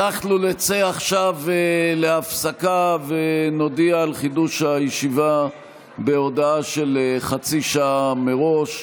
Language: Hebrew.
אנחנו נצא עכשיו להפסקה ונודיע על חידוש הישיבה בהודעה של חצי שעה מראש.